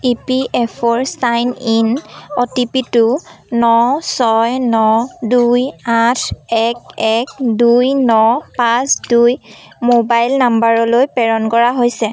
E P F O sign in O T P টো ন ছয় ন দুই আঠ এক এক দুই ন পাঁচ দুই মোবাইল নম্বৰলৈ প্ৰেৰণ কৰা হৈছে